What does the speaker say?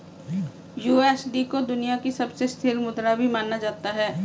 USD को दुनिया की सबसे स्थिर मुद्रा भी माना जाता है